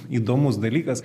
įdomus dalykas